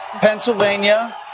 Pennsylvania